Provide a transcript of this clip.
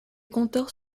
compteurs